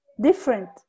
different